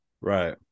Right